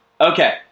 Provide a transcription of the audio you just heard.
Okay